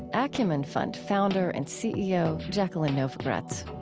acumen fund founder and ceo, jacqueline novogratz